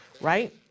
right